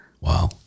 Wow